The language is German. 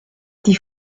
die